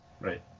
Right